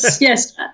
yes